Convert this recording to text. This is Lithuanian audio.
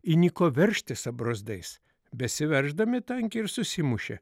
įniko veržtis abrozdais besiverždami tanke ir susimušė